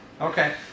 okay